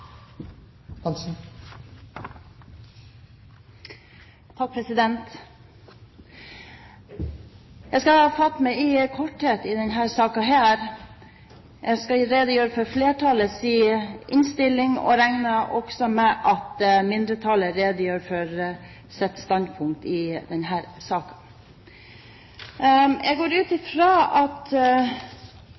anses vedtatt. Jeg skal fatte meg i korthet i denne saken. Jeg skal redegjøre for flertallets innstilling, og jeg regner med at mindretallet redegjør for sitt standpunkt i